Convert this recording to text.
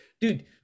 dude